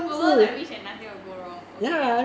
follow the rich and nothing will go wrong okay